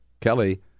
Kelly